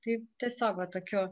taip tiesiog va tokiu